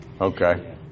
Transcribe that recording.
Okay